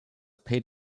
paid